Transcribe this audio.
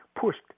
pushed